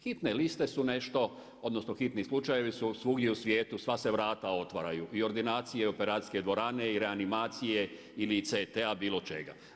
Hitne liste su nešto, odnosno hitni slučajevi su svugdje u svijetu, sva se vrata otvaraju i ordinacije i operacijske dvorane i reanimacije ili CT-a, bilo čega.